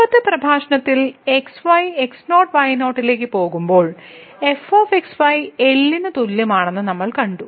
മുമ്പത്തെ പ്രഭാഷണത്തിൽ xy x0y0 ലേക്ക് പോകുമ്പോൾ fxy L ന് തുല്യമാണെന്ന് നമ്മൾ കണ്ടു